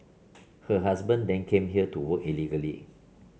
her husband then came here to work illegally